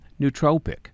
nootropic